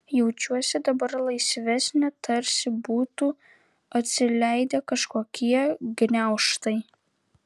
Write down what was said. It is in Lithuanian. jaučiuosi dabar laisvesnė tarsi būtų atsileidę kažkokie gniaužtai